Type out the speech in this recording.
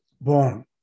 born